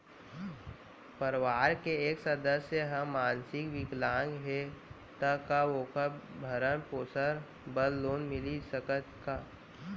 परवार के एक सदस्य हा मानसिक विकलांग हे त का वोकर भरण पोषण बर लोन मिलिस सकथे का?